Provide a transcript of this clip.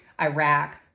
Iraq